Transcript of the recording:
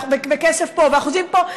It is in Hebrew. כסף פה ואחוזים פה,